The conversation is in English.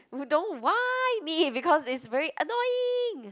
you don't why me because this is very annoying